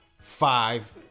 five